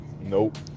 Nope